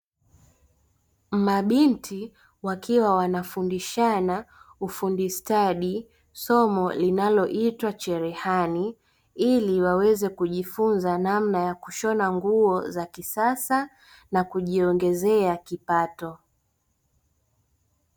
Mabinti wakiwa wanafundishana ufundi stadi somo linaloitwa cherehani, ili waweze kujifunza namna ya kushona nguo za kisasa nakujiongezea kipato.